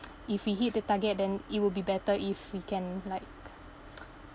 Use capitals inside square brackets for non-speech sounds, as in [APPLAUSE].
if we hit the target then it would be better if we can like [NOISE]